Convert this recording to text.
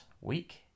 week